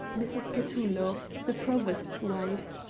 mrs. petullo, the provost's wife,